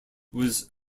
was